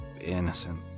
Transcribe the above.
innocent